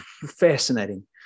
fascinating